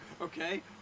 okay